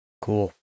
Cool